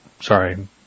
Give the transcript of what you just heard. Sorry